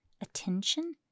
attention